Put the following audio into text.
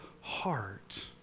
heart